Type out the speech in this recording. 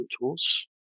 tools